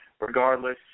regardless